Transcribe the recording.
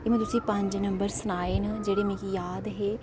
एह् में तुसेंगी पंज नंबर सनाए न जेह्ड़े मिगी याद हे